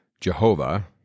Jehovah